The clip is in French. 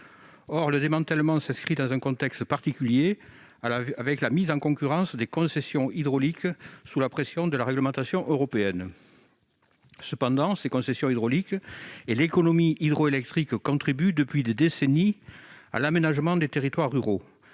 Or le démantèlement s'inscrit dans un contexte particulier avec la mise en concurrence des concessions hydrauliques, sous la pression de la réglementation européenne. Cependant, les concessions hydrauliques et l'économie hydroélectrique contribuent depuis des décennies à l'aménagement des territoires ruraux.